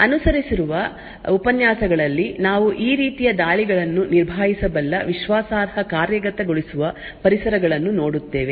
ಅನುಸರಿಸುವ ಉಪನ್ಯಾಸಗಳಲ್ಲಿ ನಾವು ಈ ರೀತಿಯ ದಾಳಿಗಳನ್ನು ನಿಭಾಯಿಸಬಲ್ಲ ವಿಶ್ವಾಸಾರ್ಹ ಕಾರ್ಯಗತಗೊಳಿಸುವ ಪರಿಸರಗಳನ್ನು ನೋಡುತ್ತೇವೆ